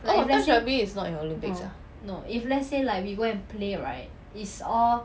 oh touch rugby is not in olympics ah